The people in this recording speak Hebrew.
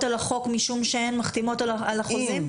על החוק משום שהן מחתימות על החוזים?